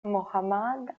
mohammad